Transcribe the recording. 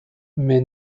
may